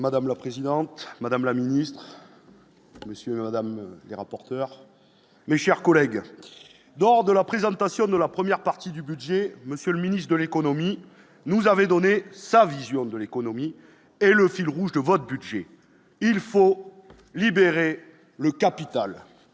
Madame la présidente, Madame la Ministre, Monsieur Madame et rapporteur mais chers collègues lors de la présentation de la première partie du budget, monsieur le ministre de l'économie, nous avait donné sa vision de l'économie et le fil rouge de votre budget il faut libérer le capital